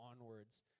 onwards